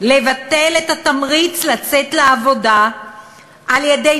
לבטל את התמריץ לצאת לעבודה על-ידי